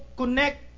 connect